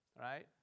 right